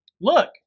Look